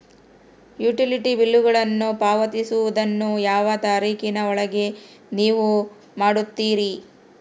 Utility ಬಿಲ್ಲುಗಳನ್ನು ಪಾವತಿಸುವದನ್ನು ಯಾವ ತಾರೇಖಿನ ಒಳಗೆ ನೇವು ಮಾಡುತ್ತೇರಾ?